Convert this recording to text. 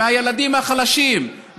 מהילדים החלשים,